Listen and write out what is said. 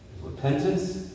repentance